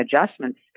adjustments